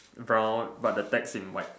brown but the text in white